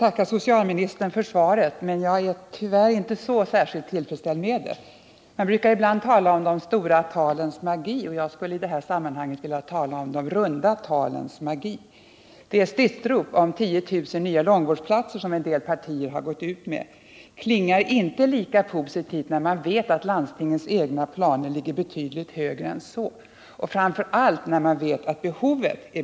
I den överenskommelse som träffades mellan regeringen och kommunförbunden i somras och som sedan godkändes av riksdagen prioriterades utbyggnaden av barnomsorg, äldrevård och långtidssjukvård.